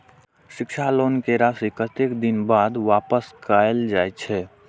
शिक्षा लोन के राशी कतेक दिन बाद वापस कायल जाय छै?